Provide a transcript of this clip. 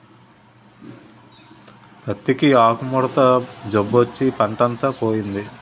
పత్తికి ఆకుముడత జబ్బొచ్చి పంటంతా పోయింది